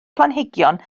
planhigion